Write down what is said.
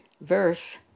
verse